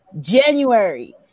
January